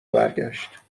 برگشت